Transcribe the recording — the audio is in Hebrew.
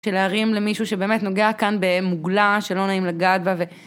של להרים למישהו שבאמת נוגע כאן במוגלה שלא נעים לגעת בה ו...